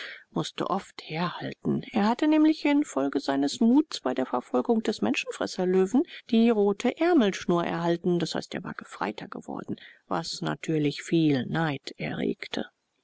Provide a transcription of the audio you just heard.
mußte oft herhalten er hatte nämlich infolge seines muts bei der verfolgung des menschenfresserlöwen die rote ärmelschnur erhalten d h er war gefreiter geworden was natürlich viel neid erregte